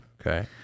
Okay